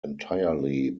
entirely